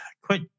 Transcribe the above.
quit